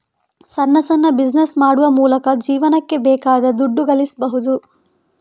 ಸಣ್ಣ ಸಣ್ಣ ಬಿಸಿನೆಸ್ ಮಾಡುವ ಮೂಲಕ ಜೀವನಕ್ಕೆ ಬೇಕಾದ ದುಡ್ಡು ಗಳಿಸ್ಬಹುದು